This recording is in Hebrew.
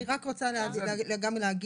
אני רק רוצה גם להגיד.